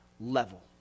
level